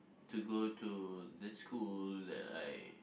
to go to this school that I